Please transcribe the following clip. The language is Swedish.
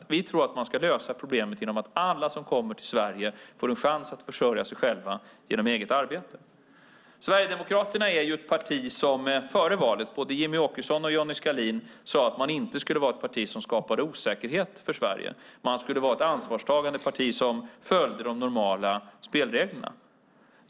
Vi tror i stället att man ska lösa problemet genom att alla som kommer till Sverige får en chans att försörja sig genom eget arbete. Sverigedemokraterna är ett parti som före valet sade - det sade både Jimmie Åkesson och Johnny Skalin - att man inte skulle vara ett parti som skapade osäkerhet för Sverige. Man skulle vara ett ansvarstagande parti som följde de normala spelreglerna.